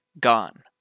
gone